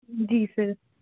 ਜੀ ਸਰ